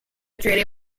treaty